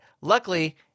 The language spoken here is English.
luckily